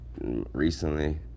recently